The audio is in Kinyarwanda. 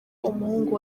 umuhungu